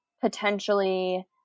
potentially